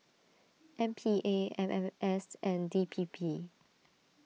M P A M M S and D P P